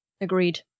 Agreed